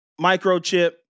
Microchip